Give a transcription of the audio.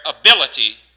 ability